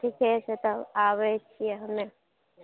ठीके छै तब आबै छी हमे